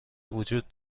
وجود